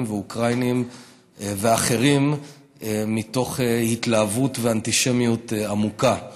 ואוקראינים ואחרים מתוך התלהבות ואנטישמיות עמוקה.